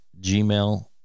gmail